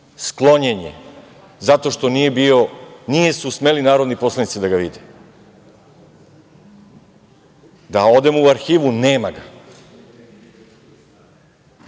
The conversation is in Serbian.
Sklonjen je zato što nisu smeli narodni poslanici da ga vide. Da odemo u arhivu nema